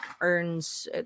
earns